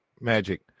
magic